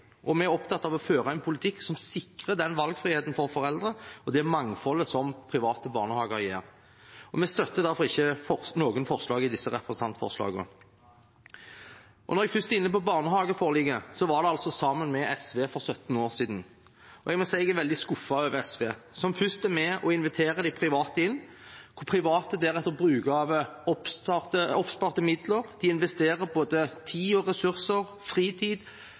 og vi er opptatt av å føre en politikk som sikrer den valgfriheten for foreldrene og det mangfoldet som private barnehager gir. Vi støtter derfor ikke noen av forslagene i disse representantforslagene. Når jeg først er inne på barnehageforliket, var det et forlik sammen med SV for 17 år siden, og jeg må si jeg er veldig skuffet over SV, som først er med og inviterer de private inn. De private bruker deretter av oppsparte midler. De investerer både tid og ressurser, fritid.